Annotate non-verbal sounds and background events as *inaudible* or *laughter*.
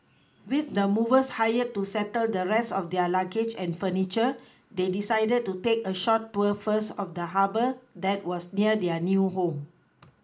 with the movers hired to settle the rest of their luggage and furniture they decided to take a short tour first of the Harbour that was near their new home *noise*